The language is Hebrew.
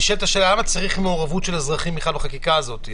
נשאלת השאלה: למה צריך מעורבות של אזרחים בכלל בחקיקה הזאת,